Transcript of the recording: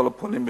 וכל הפונים,